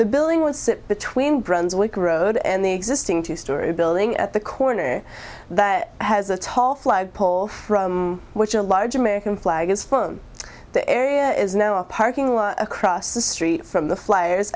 the building would sit between brunswick road and the existing two story building at the corner that has a tall five pole from which a large american flag is flown the area is now a parking lot across the street from the flyers